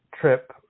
trip